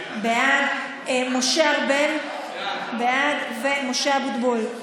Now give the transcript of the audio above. בעד, משה ארבל, בעד, ומשה אבוטבול,